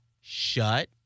shut